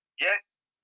Yes